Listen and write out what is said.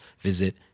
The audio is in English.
visit